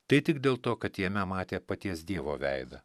tai tik dėl to kad jame matė paties dievo veidą